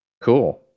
cool